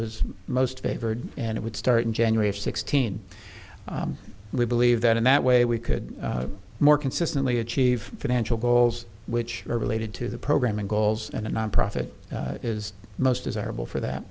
was most favored and it would start in january of sixteen we believe that in that way we could more consistently achieve financial goals which are related to the program and goals and the nonprofit is most desirable for that